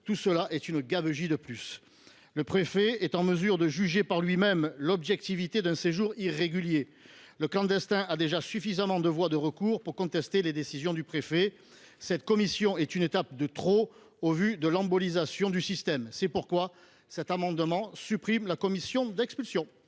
tout cela est une gabegie de plus ! Le préfet est en mesure de juger par lui même l’objectivité d’un séjour irrégulier. Le clandestin a déjà suffisamment de voies de recours pour contester les décisions du préfet. Cette commission est une étape de trop au vu de l’embolisation du système. C’est pourquoi cet amendement tend à supprimer la commission d’expulsion.